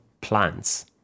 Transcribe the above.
plants